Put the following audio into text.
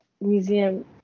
Museum